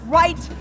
right